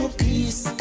peace